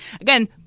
Again